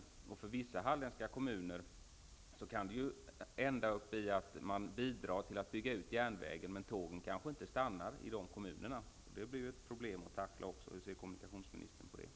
Det kan för vissa halländska kommuner innebära att man bidrar till att bygga ut järnvägen, men tågen kanske inte stannar i de kommunerna. Det är också ett problem att tackla. Hur ser kommunikationsministern på detta?